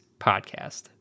Podcast